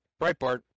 Breitbart